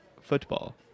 football